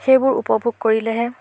সেইবোৰ উপভোগ কৰিলেহে